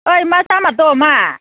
ओइ मा जामारदों मा